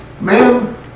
Ma'am